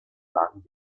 lang